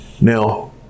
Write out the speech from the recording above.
Now